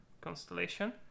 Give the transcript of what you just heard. Constellation